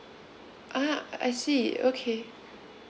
ah I see okay